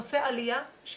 נושא עלייה,